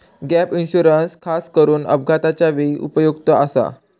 gap insurance खासकरून अपघाताच्या वेळी उपयुक्त आसा